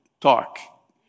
talk